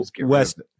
West